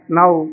now